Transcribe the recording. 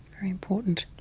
very important.